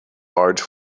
large